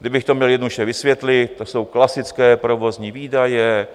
Kdybych to měl jednoduše vysvětlit, to jsou klasické provozní výdaje,